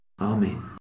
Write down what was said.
Amen